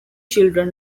children